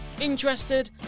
Interested